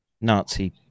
Nazi